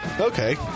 Okay